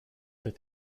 that